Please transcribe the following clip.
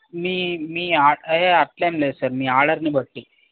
మీ మీ ఆ ఏ అలా ఏమి లేదు సార్ మీ ఆర్డర్ని బట్టి